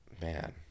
man